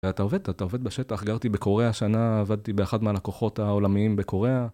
אתה עובד, אתה עובד בשטח. גרתי בקוריאה שנה, עבדתי באחד מהלקוחות העולמיים בקוריאה.